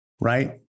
right